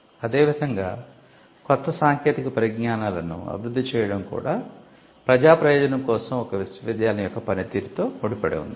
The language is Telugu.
అదేవిధంగా కొత్త సాంకేతిక పరిజ్ఞానాలను అభివృద్ధి చేయడం కూడా ప్రజా ప్రయోజనం కోసం ఒక విశ్వవిద్యాలయం యొక్క పనితీరుతో ముడిపడి ఉంది